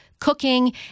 cooking